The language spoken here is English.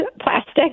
plastic